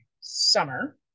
summer